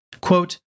Quote